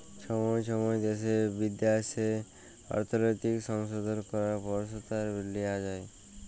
ছময় ছময় দ্যাশে বিদ্যাশে অর্থলৈতিক সংশধল ক্যরার পরসতাব লিয়া হ্যয়